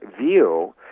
view